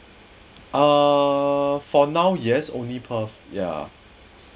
uh for now yes only perth ya